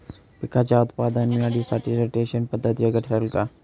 पिकाच्या उत्पादन वाढीसाठी रोटेशन पद्धत योग्य ठरेल का?